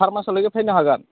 फारमासिआलागै फैनो हागोन